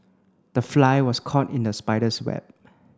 the fly was caught in the spider's web